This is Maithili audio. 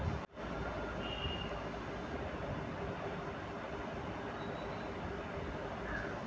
एकरो उपयोग ज्यादातर जानवरो क खिलाय म करलो जाय छै